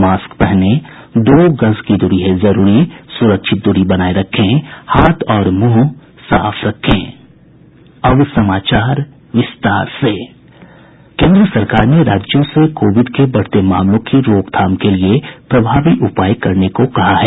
mask पहनें दो गज दूरी है जरूरी सुरक्षित दूरी बनाये रखें हाथ और मुंह साफ रखें केन्द्र सरकार ने राज्यों से कोविड के बढ़ते मामलों की रोकथाम के लिए प्रभावी उपाय करने को कहा है